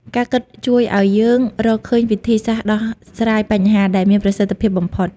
ការគិតជួយឱ្យយើងរកឃើញវិធីសាស្ត្រដោះស្រាយបញ្ហា ដែលមានប្រសិទ្ធភាពបំផុត។